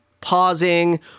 pausing